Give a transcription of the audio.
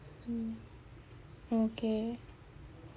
mm okay